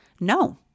No